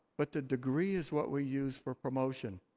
but the degree is what we use for promotion.